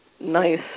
nice